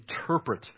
interpret